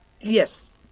Yes